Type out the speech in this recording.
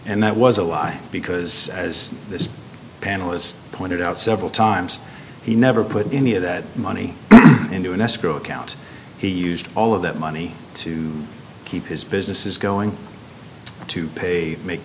and that was a lie because as this panel has pointed out several times he never put any of that money into an escrow account he used all of that money to keep his business is going to pay make